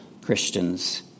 Christians